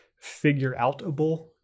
figure-outable